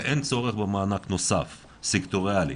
ואין צורך במענק נוסף, סקטוריאלי.